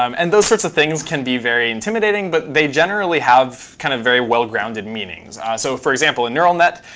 um and those sorts of things can be very intimidating, but they generally have kind of very well grounded meanings. so for example, a neural net,